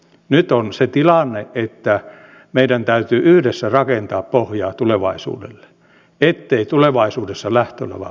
nyt on se tilanne että meidän täytyy yhdessä rakentaa pohjaa tulevaisuudelle ettei tulevaisuudessa lähtölava mene liian alas